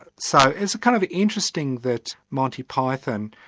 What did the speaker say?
but so it's kind of interesting that monty python,